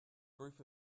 group